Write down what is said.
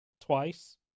twice